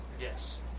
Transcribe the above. Yes